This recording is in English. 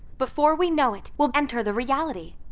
before we know it, we'll enter the reality.